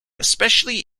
especially